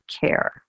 care